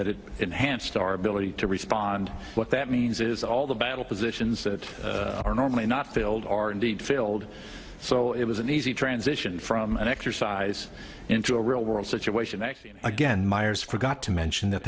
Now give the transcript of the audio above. that it enhanced our ability to respond what that means is all the battle positions that are normally not filled are indeed filled so it was an easy transition from an exercise into a real world situation that again myers forgot to mention that